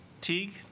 teague